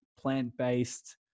plant-based